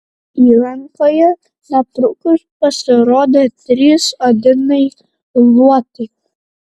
įlankoje netrukus pasirodė trys odiniai luotai